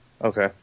Okay